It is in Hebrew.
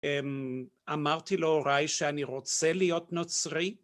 אמרתי להוריי שאני רוצה להיות נוצרי.